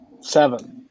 seven